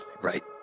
Right